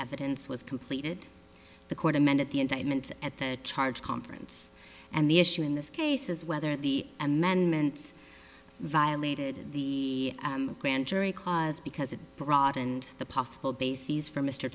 evidence was completed the court amended the indictment at the charge conference and the issue in this case is whether the amendments violated the grand jury clause because it broadened the possible bases for m